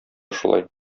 шулай